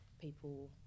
people